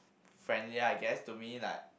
friendly I guess to me like